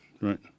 Right